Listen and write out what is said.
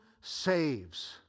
saves